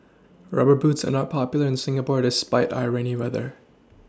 rubber boots are not popular in Singapore despite our rainy weather